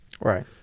Right